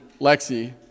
Lexi